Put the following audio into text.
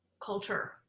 culture